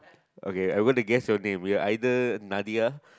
okay I am going to guess your name you are either Nadia